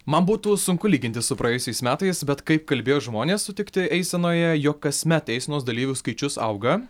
man būtų sunku lyginti su praėjusiais metais bet kaip kalbėjo žmonės sutikti eisenoje jog kasmet eisenos dalyvių skaičius auga